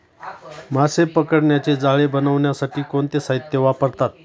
मासे पकडण्याचे जाळे बनवण्यासाठी कोणते साहीत्य वापरतात?